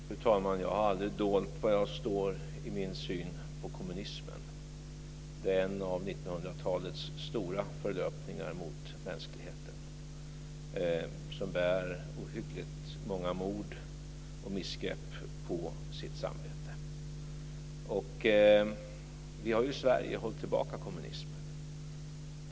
Fru talman! Jag har aldrig dolt min syn på kommunismen. Kommunismen är en av 1900-talets stora förlöpningar mot mänskligheten, som har ohyggligt många mord och missgrepp på sitt samvete. Vi har ju i Sverige hållit tillbaka kommunismen.